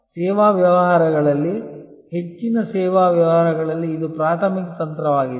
ಸೇವಾ ವ್ಯವಹಾರಗಳಲ್ಲಿ ಹೆಚ್ಚಿನ ಸೇವಾ ವ್ಯವಹಾರಗಳಲ್ಲಿ ಇದು ಪ್ರಾಥಮಿಕ ತಂತ್ರವಾಗಿದೆ